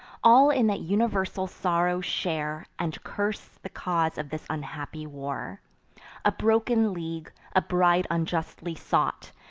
all in that universal sorrow share, and curse the cause of this unhappy war a broken league, a bride unjustly sought,